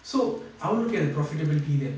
so I won't look at the profitability then